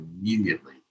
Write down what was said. immediately